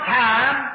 time